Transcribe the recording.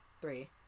three